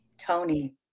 Tony